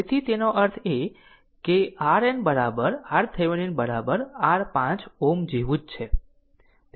તેથી તેનો અર્થ એ કે RN એ RThevenin r 5 Ω જેવું જ છે